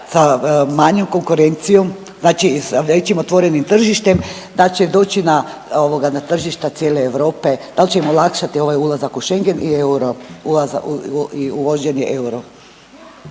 sa manjom konkurencijom znači sa većim otvorenim tržištem da će doći ovoga na tržišta cijele Europe, da li će im olakšati ovaj ulazak u Schengen i euro